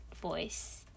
voice